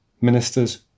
ministers